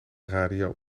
radio